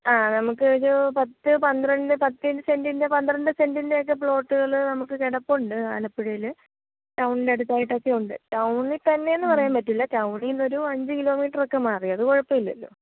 ആ നമുക്കൊരു പത്ത് പന്ത്രണ്ട് പത്ത് സെൻറ്റിൻ്റെ പന്ത്രണ്ട് സെൻറ്റിൻ്റെയൊക്കെ പ്ലോട്ടുകൾ നമുക്ക് കിടപ്പുണ്ട് ആലപ്പുഴയിൽ ടൗണിനടുത്തായിട്ടൊക്കെയുണ്ട് ടൗണിൽ തന്നേന്ന് പറയാൻ പറ്റില്ല ടൗണീന്നൊരു അഞ്ച് കിലോമീറ്ററൊക്കെ മാറി അത് കുഴപ്പമില്ലല്ലോ